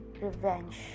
revenge